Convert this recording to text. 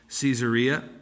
Caesarea